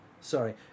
Sorry